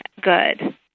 good